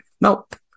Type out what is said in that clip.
Nope